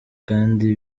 kandi